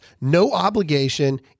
no-obligation